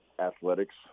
athletics